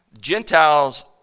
Gentiles